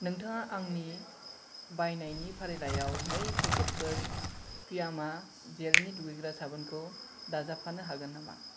नोंथाङा आंनि बायनायनि फारिलाइयाव नै पेकेटफोर फियामा जेलनि दुगैग्रा साबोनखौ दाजाबफानो हागोन नामा